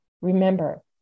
remember